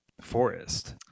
forest